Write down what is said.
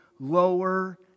lower